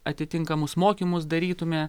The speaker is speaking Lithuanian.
atitinkamus mokymus darytume